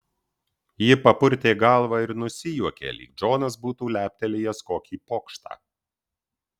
ji papurtė galvą ir nusijuokė lyg džonas būtų leptelėjęs kokį pokštą